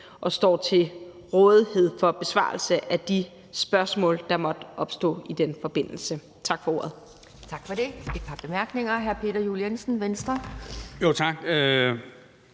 og står til rådighed for besvarelse af de spørgsmål, der måtte opstå i den forbindelse. Tak for ordet.